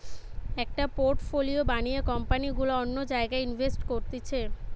একটা পোর্টফোলিও বানিয়ে কোম্পানি গুলা অন্য জায়গায় ইনভেস্ট করতিছে